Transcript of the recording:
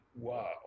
Wow